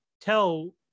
tell